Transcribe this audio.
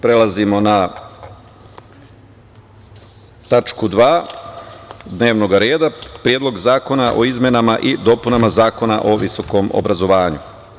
Prelazimo na 2. tačku dnevnog reda – Predlog zakona o izmenama i dopunama Zakona o visokom obrazovanju.